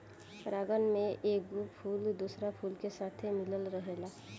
पराग में एगो फूल दोसरा फूल के साथे मिलत रहेला